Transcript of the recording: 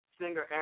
singer